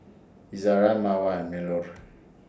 Izara Mawar and Melur